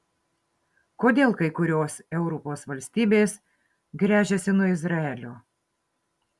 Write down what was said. kodėl kai kurios europos valstybės gręžiasi nuo izraelio